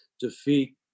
defeat